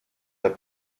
der